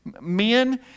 men